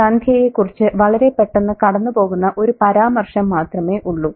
സന്ധ്യയെക്കുറിച്ച് വളരെ പെട്ടെന്ന് കടന്നുപോകുന്ന ഒരു പരാമർശം മാത്രമേ ഉള്ളു